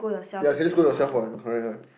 ya can just go yourself while in Korea right